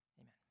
Amen